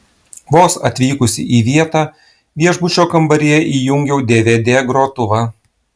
vos atvykusi į vietą viešbučio kambaryje įjungiau dvd grotuvą